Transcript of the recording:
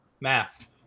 math